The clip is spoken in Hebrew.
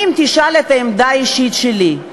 אם תשאל על העמדה האישית שלי,